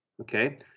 okay